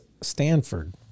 Stanford